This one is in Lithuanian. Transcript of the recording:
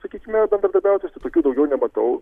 sakykime bendradarbiautojus tai tokių daugiau nematau